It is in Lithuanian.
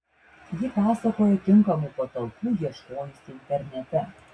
ji pasakojo tinkamų patalpų ieškojusi internete